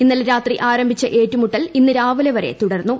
ഇന്നലെ രാത്രി ആരംഭിച്ച ഏറ്റുമുട്ടൽ ഇന്ന് രാവിലെ വരെ തുടർന്നു